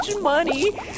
money